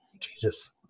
Jesus